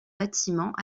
bâtiment